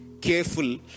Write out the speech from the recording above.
careful